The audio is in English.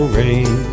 rain